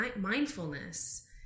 mindfulness